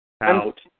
out